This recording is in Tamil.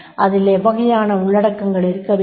அதில் எவ்வகையான உள்ளடக்கங்கள் இருக்கவேண்டும்